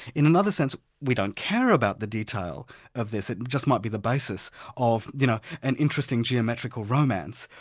in another sense we don't care about the detail of this, it just might be the basis of you know an interesting geometrical romance,